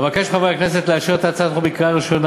אבקש מחברי הכנסת לאשר את הצעת החוק בקריאה ראשונה